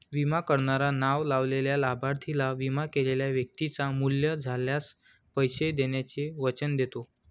विमा करणारा नाव लावलेल्या लाभार्थीला, विमा केलेल्या व्यक्तीचा मृत्यू झाल्यास, पैसे देण्याचे वचन देतो